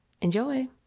Enjoy